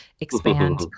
expand